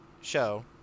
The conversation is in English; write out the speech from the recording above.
show